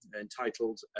entitled